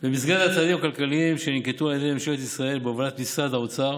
1. במסגרת הצעדים הכלכליים שננקטו על ידי ממשלת ישראל בהובלת משרד האוצר